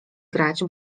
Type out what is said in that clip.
grać